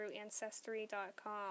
Ancestry.com